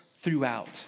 throughout